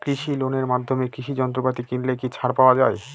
কৃষি লোনের মাধ্যমে কৃষি যন্ত্রপাতি কিনলে কি ছাড় পাওয়া যায়?